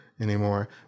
anymore